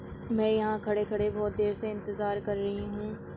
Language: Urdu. میں یہاں کھڑے کھڑے بہت دیر سے انتظار کر رہی ہوں